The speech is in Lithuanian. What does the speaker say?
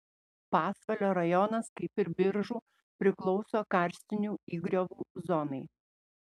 pasvalio rajonas kaip ir biržų priklauso karstinių įgriovų zonai